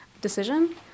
decision